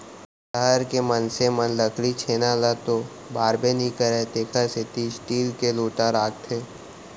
सहर के मनसे मन लकरी छेना ल तो बारबे नइ करयँ तेकर सेती स्टील के लोटा राखथें